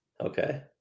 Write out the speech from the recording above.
okay